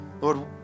Lord